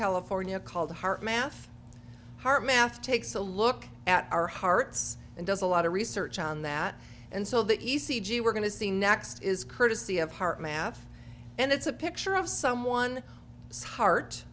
california called heart math heart math takes a look at our hearts and does a lot of research on that and so that e c g we're going to see next is courtesy of heart math and it's a picture of someone heart